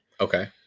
Okay